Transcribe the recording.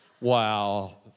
wow